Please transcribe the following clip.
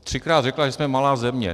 Třikrát řekla, že jsme malá země.